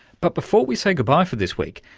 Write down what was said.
but before we say goodbye for this week,